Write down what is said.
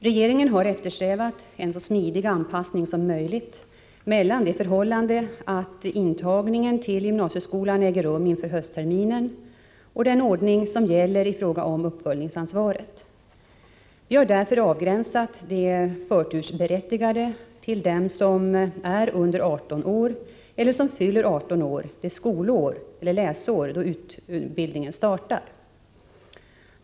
Regeringen har eftersträvat en så smidig anpassning som möjligt mellan det förhållandet att intagningen till gymnasieskolan äger rum inför höstterminen och den ordning som gäller i fråga om uppföljningsansvaret. Vi har därför avgränsat de förtursberättigade till dem som är under 18 år eller som fyller 18 år det skolår då utbildningen startar.